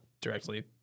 directly